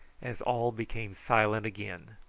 as all became silent again.